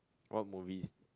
what movies